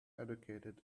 educated